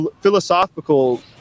philosophical